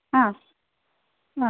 हा हा